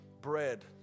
bread